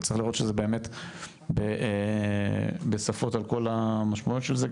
צריך לראות שזה באמת בשפות על כל המשמעויות של זה.